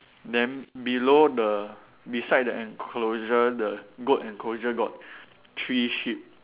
then below the beside the enclosure the goat enclosure got three sheep